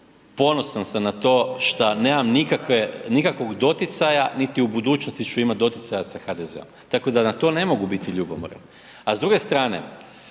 ponosan sam na to šta nemam nikakvog doticaja niti u budućnosti ću imati doticaja sa HDZ-om, tako da na to ne mogu biti ljubomoran. A s druge strane,